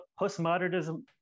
postmodernism